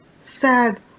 sad